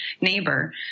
neighbor